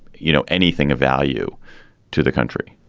you know, anything of value to the country?